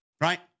right